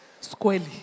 squarely